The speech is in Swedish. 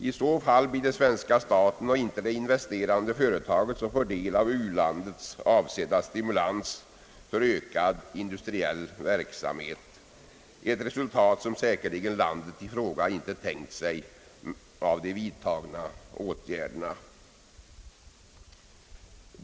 I så fall blir det svenska staten och inte det investerande företaget som får del av u-landets avsedda stimulans för ökad industriell verksamhet — ett resultat av de vidtagna åtgärderna som säkerligen landet i fråga inte tänkt sig.